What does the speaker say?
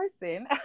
person